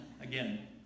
again